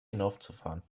hinaufzufahren